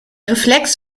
reflex